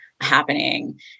happening